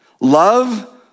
Love